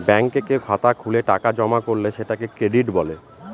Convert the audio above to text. ব্যাঙ্কে কেউ খাতা খুলে টাকা জমা করলে সেটাকে ক্রেডিট বলে